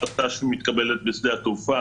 --- החלטה שמתקבלת בשדה התעופה,